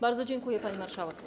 Bardzo dziękuję, pani marszałek.